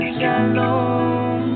Shalom